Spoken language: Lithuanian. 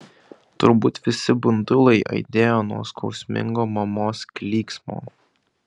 turbūt visi bundulai aidėjo nuo skausmingo mamos klyksmo